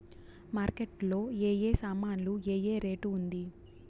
Market లో ఏ ఏ సామాన్లు ఏ ఏ రేటు ఉంది?